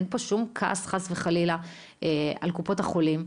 אין פה שום כעס, חס וחלילה, על קופות החולים.